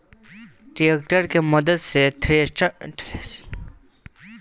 tractor के मद्दत से थ्रेसिंग मे भूसा अउरी अनाज अलग अलग हो जाला